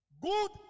Good